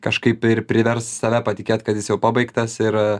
kažkaip ir priverst save patikėt kad jis jau pabaigtas ir